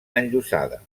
enllosada